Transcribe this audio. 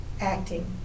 acting